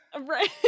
Right